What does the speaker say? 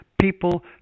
people